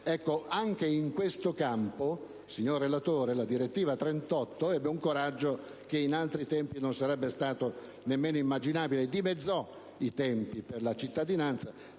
Anche in questo campo, signor relatore, la direttiva n. 38 ebbe un coraggio che in altri tempi non sarebbe stato nemmeno immaginabile: dimezzò i tempi per la cittadinanza